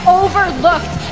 overlooked